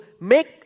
make